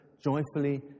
joyfully